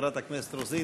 חברת הכנסת רוזין,